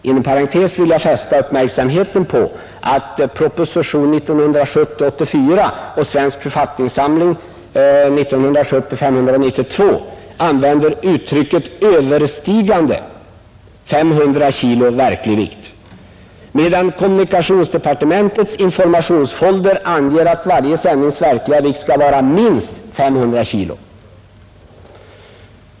Inom parentes vill jag fästa uppmärksamheten på att propositionen 84 år 1970 liksom Svensk författningssamling nr 592 år 1970 använder uttrycket ”överstigande 500 kg verklig vikt”, medan kommunikationsdepartementets informationsfolder anger att varje sändnings verkliga vikt skall vara minst 500 kg.